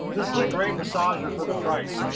this is a great massager for the price.